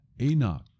enoch